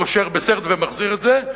וקושר בסרט ומחזיר את זה,